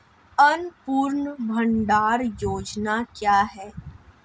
अन्नपूर्णा भंडार योजना क्या है?